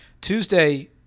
Tuesday